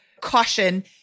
caution